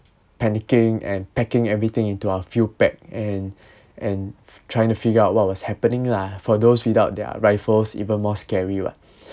panicking and packing everything into our field pack and and trying to figure out what was happening lah for those without their rifles even more scary [what]